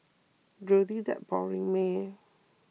really that boring meh